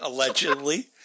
Allegedly